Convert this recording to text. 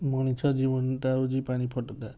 ମଣିଷ ଜୀବନଟା ହେଉଛି ପାଣି ଫୋଟକା